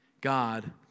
God